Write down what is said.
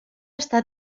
està